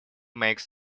makes